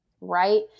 right